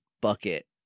bucket